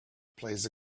plays